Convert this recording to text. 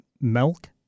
Milk